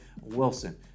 wilson